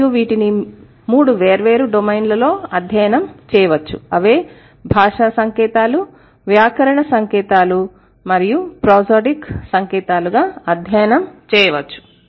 మరియు వీటిని మూడు వేర్వేరు డొమైన్లలో అధ్యయనం చేయవచ్చు అవే భాషా సంకేతాలు వ్యాకరణ సంకేతాలు మరియు ప్రోసోడిక్ సంకేతాలుగా అధ్యయనం చేయవచ్చు